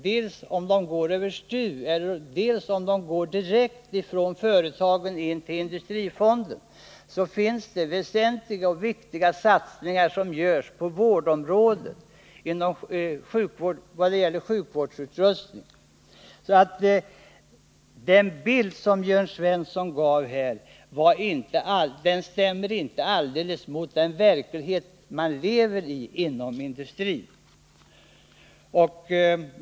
Oavsett om de går över STU eller om de kommer direkt från företagen och in till industrifonden görs det väsentliga och viktiga satsningar, t.ex. på vårdområdet när det gäller sjukvårdsutrustning. Den bild som Jörn Svensson gav här stämmer inte helt med den verklighet inom industrin som man lever i.